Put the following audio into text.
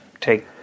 take